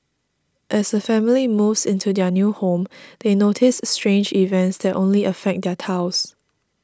as a family moves into their new home they notice strange events that only affect their tiles